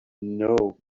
know